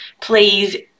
please